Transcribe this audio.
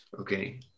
okay